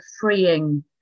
freeing